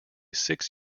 six